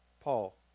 Paul